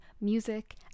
music